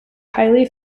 highly